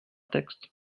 texte